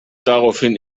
daraufhin